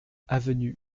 avenue